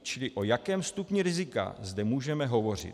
Čili o jakém stupni rizika zde můžeme hovořit?